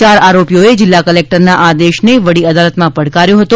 યાર આરોપીઓએ જિલ્લા કલેકટરના આદેશને વડી અદાલતમાં પડકાર્યો હતો